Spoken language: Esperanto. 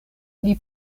pli